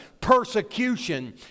persecution